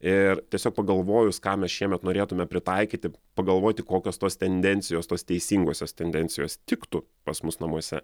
ir tiesiog pagalvojus ką mes šiemet norėtume pritaikyti pagalvoti kokios tos tendencijos tos teisingosios tendencijos tiktų pas mus namuose